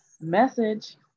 message